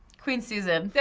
queen susan. so,